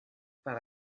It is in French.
par